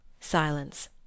Silence